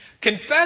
Confess